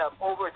over